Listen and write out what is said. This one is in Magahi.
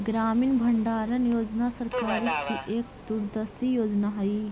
ग्रामीण भंडारण योजना सरकार की एक दूरदर्शी योजना हई